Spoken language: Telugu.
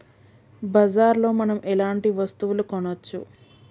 బజార్ లో మనం ఎలాంటి వస్తువులు కొనచ్చు?